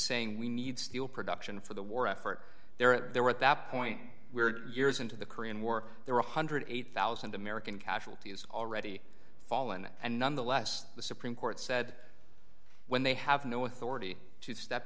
saying we need steel production for the war effort there were at that point where years into the korean war there were one hundred and eight thousand american casualties already fallen and nonetheless the supreme court said when they have no authority to step